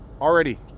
already